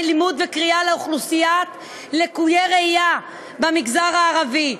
לימוד וקריאה לאוכלוסיית לקויי ראייה במגזר הערבי.